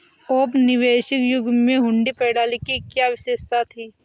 औपनिवेशिक युग में हुंडी प्रणाली की क्या विशेषता थी?